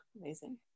Amazing